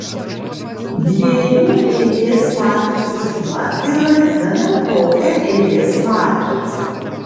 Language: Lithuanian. dviejų eilės matricų suma ir vadiname tokią eilės matricą